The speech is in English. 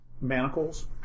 manacles